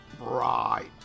right